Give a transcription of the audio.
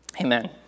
amen